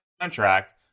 contract